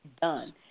done